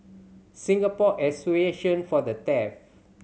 Singapore Association For The Deaf